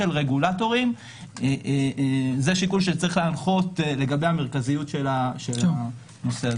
רגולטורים זה שיקול שצריך להנחות בנוגע למרכזיות של הנושא הזה.